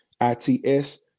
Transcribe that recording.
i-t-s